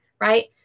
right